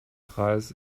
kreis